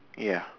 ya